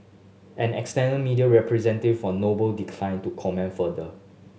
an external media representative for Noble declined to comment further